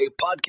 podcast